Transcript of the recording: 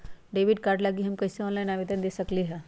Debit card लागी हम कईसे ऑनलाइन आवेदन दे सकलि ह?